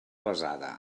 basada